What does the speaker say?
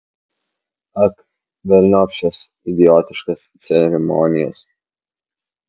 ak velniop šias idiotiškas ceremonijas